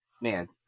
Man